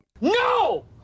No